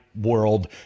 world